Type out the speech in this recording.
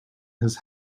his